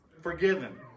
Forgiven